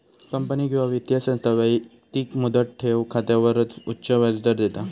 company किंवा वित्तीय संस्था व्यक्तिक मुदत ठेव खात्यावर उच्च व्याजदर देता